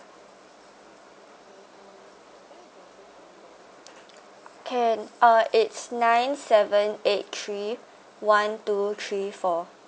can uh it's nine seven eight three one two three four